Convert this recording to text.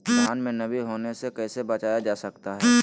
धान में नमी होने से कैसे बचाया जा सकता है?